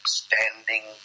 standing